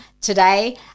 today